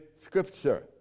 Scripture